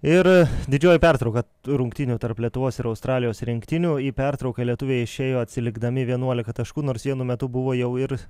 ir didžioji pertrauka rungtynių tarp lietuvos ir australijos rinktinių į pertrauką lietuviai išėjo atsilikdami vienuolika taškų nors vienu metu buvo jau ir